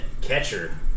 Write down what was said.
catcher